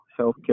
healthcare